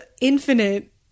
infinite